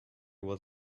was